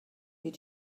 you